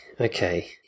okay